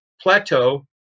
plateau